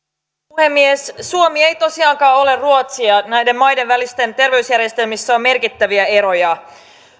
puhemies suomi ei tosiaankaan ole ruotsi ja näiden maiden välisissä terveysjärjestelmissä on merkittäviä eroja